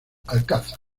alcázar